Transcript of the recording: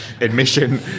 Admission